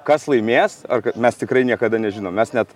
kas laimės ar mes tikrai niekada nežinom mes net